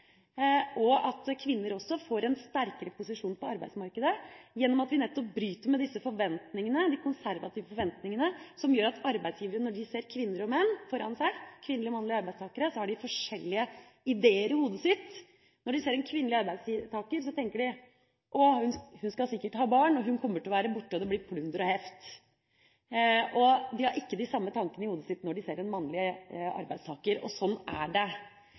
og mindre gode grunner til det. Kvinner får også en sterkere posisjon på arbeidsmarkedet gjennom at vi bryter med de konservative forventningene som gjør at arbeidsgivere når de ser kvinnelige og mannlige arbeidstakere foran seg, har forskjellige ideer i hodet. Når de ser en kvinnelig arbeidstaker, tenker de: Hun skal sikkert ha barn, hun kommer til å være borte og det blir plunder og heft. De har ikke de samme tankene i hodet når de ser en mannlig arbeidstaker – sånn er det.